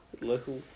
Local